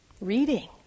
reading